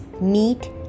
meat